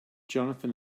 johnathan